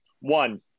One